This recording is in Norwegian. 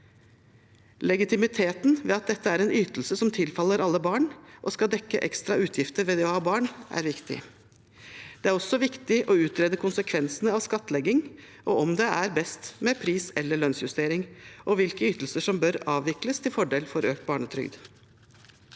Legitimiteten ved at dette er en ytelse som tilfaller alle barn og skal dekke ekstra utgifter ved det å ha barn, er viktig. Det er også viktig å utrede konsekvensene av skattlegging, og om det er best med pris- eller lønnsjustering, og hvilke ytelser som bør avvikles til fordel for økt barnetrygd.